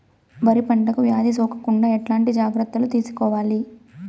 వరి పంటకు వ్యాధి సోకకుండా ఎట్లాంటి జాగ్రత్తలు తీసుకోవాలి?